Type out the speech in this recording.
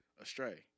astray